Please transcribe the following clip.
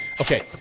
okay